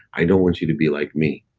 i don't want you to be like me.